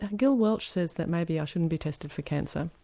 gil welch says that maybe i shouldn't be tested for cancer.